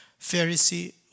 Pharisee